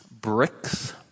Bricks